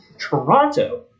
Toronto